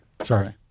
Sorry